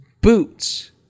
Boots